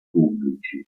pubblici